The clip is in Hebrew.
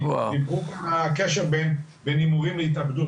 דיברו על הקשר בין הימורים להתאבדות.